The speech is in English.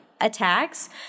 attacks